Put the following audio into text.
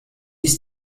ist